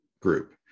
Group